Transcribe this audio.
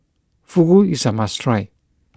Fugu is a must try